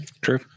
True